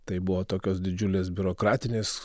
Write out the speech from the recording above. tai buvo tokios didžiulės biurokratinės